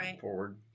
forward